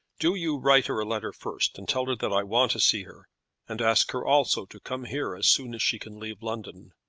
do you write her a letter first, and tell her that i want to see her and ask her also to come here as soon as she can leave london.